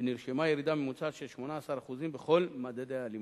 ונרשמה ירידה ממוצעת של 18% בכל מדדי האלימות.